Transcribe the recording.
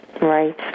right